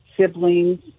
siblings